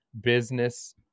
business